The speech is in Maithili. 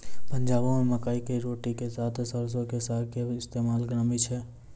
पंजाबो मे मकई के रोटी के साथे सरसो के साग के इस्तेमाल नामी छै